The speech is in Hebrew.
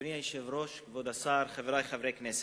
אדוני היושב-ראש, כבוד השר, חברי חברי הכנסת,